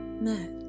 met